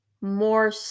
more